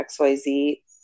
XYZ